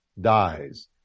dies